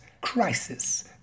crisis